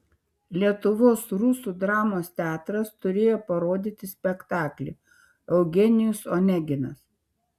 lietuvos rusų dramos teatras turėjo parodyti spektaklį eugenijus oneginas